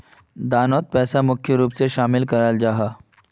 दानोत पैसा मुख्य रूप से शामिल कराल जाहा